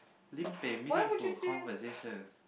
lim-peh meaningful conversation